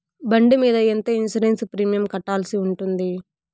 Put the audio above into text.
బండి మీద ఎంత ఇన్సూరెన్సు ప్రీమియం కట్టాల్సి ఉంటుంది?